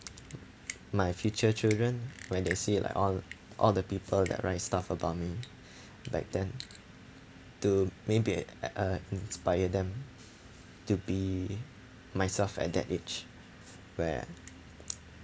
my future children when they see like all all the people that write stuff about me back then to maybe at uh inspire them to be myself at that age where